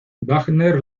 wagner